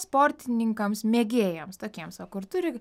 sportininkams mėgėjams tokiems va kur turi